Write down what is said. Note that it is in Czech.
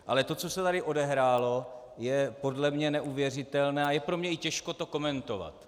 Ale to, co se tady odehrálo, je podle mě neuvěřitelné a je pro mě i těžko to komentovat.